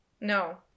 No